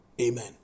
Amen